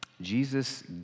Jesus